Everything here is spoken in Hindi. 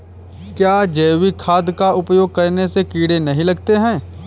क्या जैविक खाद का उपयोग करने से कीड़े नहीं लगते हैं?